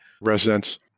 residents